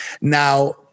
Now